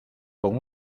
con